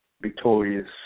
victorious